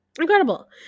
Incredible